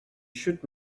should